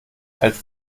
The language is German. als